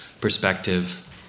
perspective